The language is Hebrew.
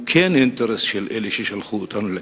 הוא כן אינטרס של אלה ששלחו אותנו לכנסת,